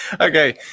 Okay